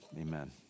amen